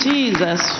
Jesus